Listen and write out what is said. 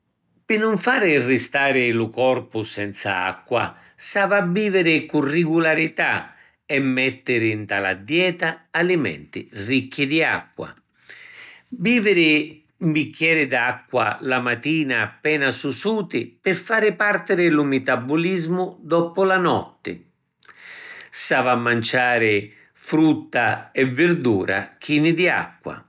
Pi nun fari ristari lu corpu senza acqua s’avi a biviri acqua cu rigularità e mettiri nta la dieta alimenti ricchi di acqua. Biviri ‘n bicchieri d’acqua la matina appena susuti pi fari partiri lu mitabulismu doppu la notti. S’avi a manciari frutta e virdura chini di acqua.